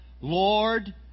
Lord